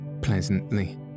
pleasantly